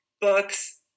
books